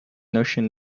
notion